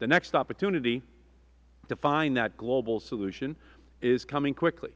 the next opportunity to find that global solution is coming quickly